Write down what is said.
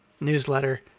newsletter